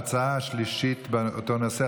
ההצעה השלישית באותו נושא,